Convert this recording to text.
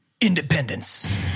Independence